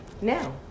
Now